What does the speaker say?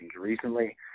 recently